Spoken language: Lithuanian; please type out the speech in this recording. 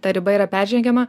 ta riba yra peržengiama